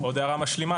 עוד הערה משלימה.